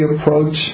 approach